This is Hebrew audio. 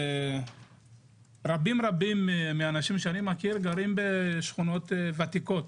רבים רבים מהאנשים שאני מכיר גרים בשכונות ותיקות,